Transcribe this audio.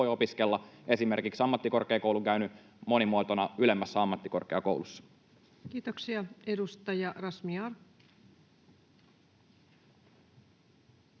voi opiskella esimerkiksi ammattikorkeakoulun käynyt monimuotona ylemmässä ammattikorkeakoulussa. [Speech 160] Speaker: